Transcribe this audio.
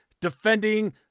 defending